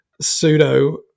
pseudo-